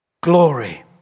Glory